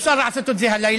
אפשר לעשות את זה הלילה.